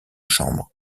chambre